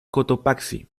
cotopaxi